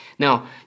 Now